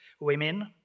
women